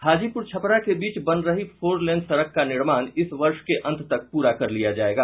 हाजीपुर छपरा के बीच बन रही फोरलेन सड़क का निर्माण इस वर्ष के अंत तक पूरा कर लिया जायेगा